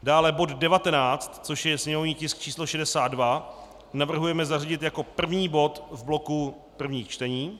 Dále bod 19, což je sněmovní tisk 62, navrhujeme zařadit jako první bod v bloku prvních čtení.